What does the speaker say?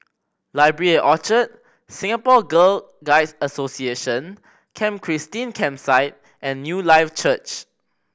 Library at Orchard Singapore Girl Guides Association Camp Christine Campsite and Newlife Church